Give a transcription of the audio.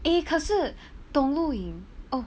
eh 可是 dong lu ying oh